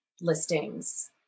listings